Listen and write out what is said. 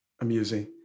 amusing